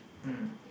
mm